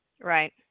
Right